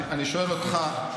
אני שואל אותך,